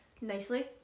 nicely